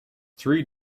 three